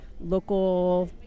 local